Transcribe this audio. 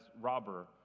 robber